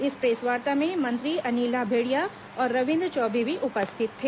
इस प्रेसवार्ता में मंत्री अनिला भेंडिया और रविन्द्र चौबे भी उपस्थित थे